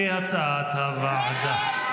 כהצעת הוועדה.